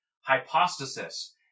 hypostasis